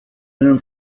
einem